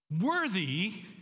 worthy